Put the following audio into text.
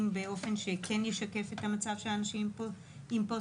באופן שכן ישקף את המצב של אנשים עם פוסט-טראומה,